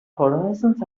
horizons